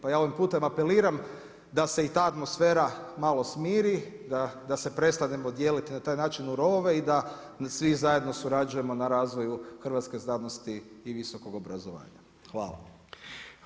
Pa ja ovim putem apeliram da se i ta atmosfera malo smiri, da se prestanemo dijeliti na taj način u rovove i da svi zajedno surađujemo na razvoju hrvatske znanosti i visokog obrazovanja.